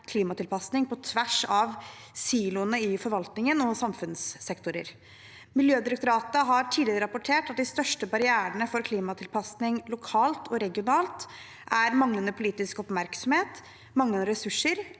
klimatilpasning på tvers av siloene i forvaltning og samfunnssektorer. Miljødirektoratet har tidligere rapportert at de største barrierene for klimatilpasning lokalt og regionalt er manglende politisk oppmerksomhet, manglende ressurser